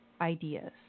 ideas